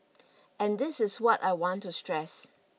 and this is what I want to stress